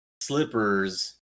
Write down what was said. slippers